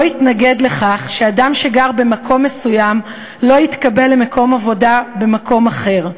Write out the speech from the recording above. יתנגד לכך שאדם שגר במקום מסוים לא יתקבל למקום מסוים במקום אחר,